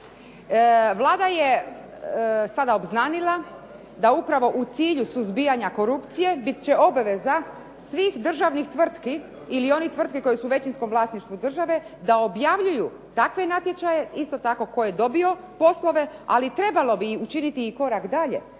Vlada je sada obznanila da upravo u cilju suzbijanja korupcije bit će obaveza svih državnih tvrtki ili onih tvrtki koje su u većinskom vlasništvu države da objavljuju takve natječaje isto tako tko je dobio poslove. Ali trebalo bi učiniti i korak dalje,